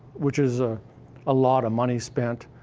which is a ah lot of money spent,